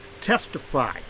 testify